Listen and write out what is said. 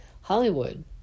Hollywood